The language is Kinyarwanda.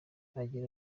agira